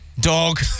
Dog